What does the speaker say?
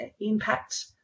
impact